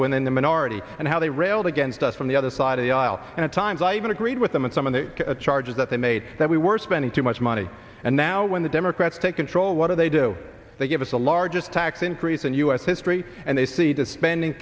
when in the minority and how they railed against us from the other side of the aisle and at times i even agreed with them in some of the charges that they made that we were spending too much money and now when the democrats take control what do they do they give us the largest tax increase in us history and they see the spending